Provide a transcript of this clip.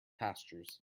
pastures